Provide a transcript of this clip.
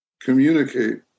Communicate